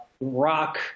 rock